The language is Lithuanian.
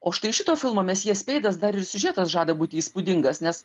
o štai šito filmo mesjė speidas dar ir siužetas žada būti įspūdingas nes